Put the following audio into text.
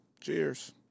Cheers